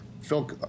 Phil